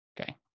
Okay